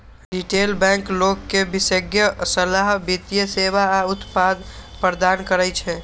retail bank लोग कें विशेषज्ञ सलाह, वित्तीय सेवा आ उत्पाद प्रदान करै छै